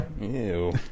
Ew